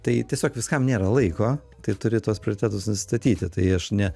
tai tiesiog viskam nėra laiko tai turi tuos prioritetus nustatyti tai aš ne